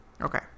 Okay